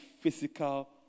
physical